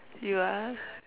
you are